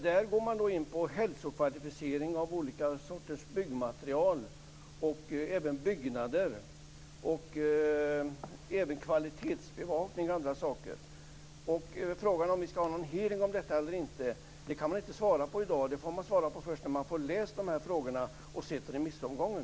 Där går man in på hälsokvalificering av olika sorters byggmaterial och även byggnader, kvalitetsbevakning o.d. Frågan om vi skall ha en hearing om detta eller inte går det inte inte att besvara i dag. Den får man besvara först sedan man läst igenom de här frågorna och sett remissomgången.